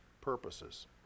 purposes